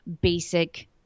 basic